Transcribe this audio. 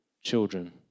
children